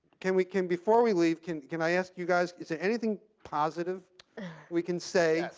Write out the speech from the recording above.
can we can before we leave can can i ask you, guys, is there anything positive we can say?